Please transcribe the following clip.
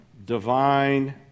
Divine